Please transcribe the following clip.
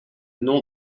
nom